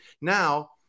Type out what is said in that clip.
Now